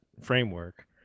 framework